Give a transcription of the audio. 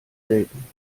selten